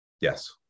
Yes